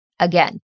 Again